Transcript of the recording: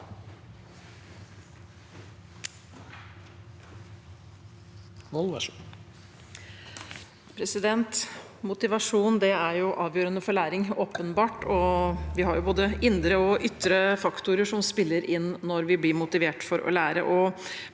Motivasjon er åpen- bart avgjørende for læring, og vi har jo både indre og ytre faktorer som spiller inn når vi blir motivert for å lære.